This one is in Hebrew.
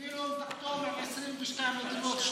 אפילו אם תחתום עם 22 מדינות,